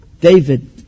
David